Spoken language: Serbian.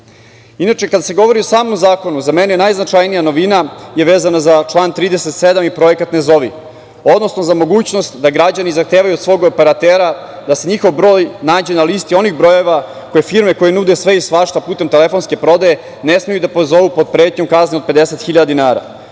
kada se govori o samom zakonu, za mene najznačajnija novina je vezana za član 37. i projekat „Ne zovi“, odnosno za mogućnost da građani zahtevaju od svog operatera da se njihov broj nađe na listi onih brojeva koje firme koje nude sve i svašta putem telefonske prodaje, ne smeju da pozovu pod pretnjom kazne od 50.000 dinara. Mislim